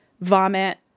Vomit